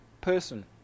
person